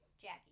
Jackie